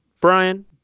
Brian